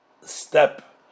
step